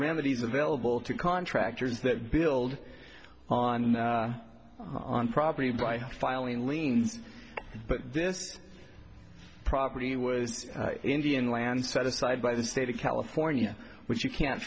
remedies available to contractors that build on property by filing liens but this property was indian land set aside by the state of california which you can't